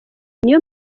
niyo